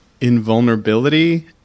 invulnerability